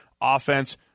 offense